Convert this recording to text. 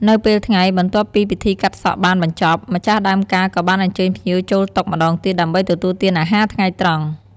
នៅពេលថ្ងៃ បន្ទាប់ពីពិធីកាត់សក់បានបញ្ចប់ ម្ចាស់ដើមការក៏បានអញ្ជើញភ្ញៀវចូលតុម្តងទៀតដើម្បីទទួលទានអាហារថ្ងៃត្រង់។